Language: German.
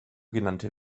genannte